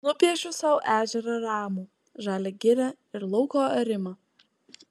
nupiešiu sau ežerą ramų žalią girią ir lauko arimą